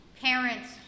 parents